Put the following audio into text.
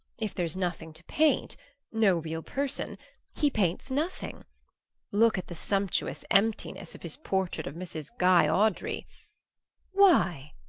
if there's nothing to paint no real person he paints nothing look at the sumptuous emptiness of his portrait of mrs. guy awdrey why,